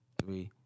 three